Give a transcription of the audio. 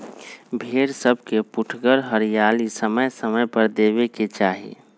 भेड़ा सभके पुठगर हरियरी समय समय पर देबेके चाहि